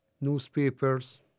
newspapers